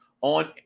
on